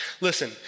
Listen